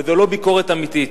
וזו לא ביקורת אמיתית.